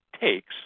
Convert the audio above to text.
takes